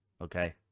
okay